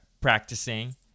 practicing